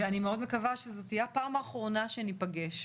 אני מאוד מקווה שזאת תהיה הפעם האחרונה שניפגש.